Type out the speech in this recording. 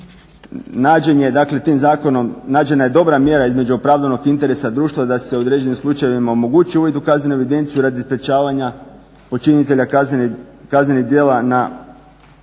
nađena je dobra mjera između opravdanog interesa društva da se u određenim slučajevima omogući uvid u kaznenu evidenciju radi sprječavanja počinitelja kaznenih djela da